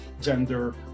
gender